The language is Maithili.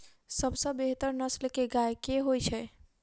सबसँ बेहतर नस्ल केँ गाय केँ होइ छै?